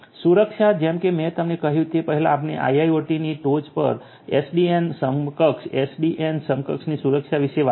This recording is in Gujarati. સુરક્ષા જેમ કે મેં તમને કહ્યું તે પહેલાં આપણે IIoT ની ટોચ પર એસડીએન સક્ષમ એસડીએન સક્ષમની સુરક્ષા વિશે વાત કરીશું